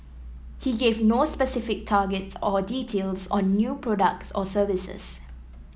he gave no specific target or details on new products or services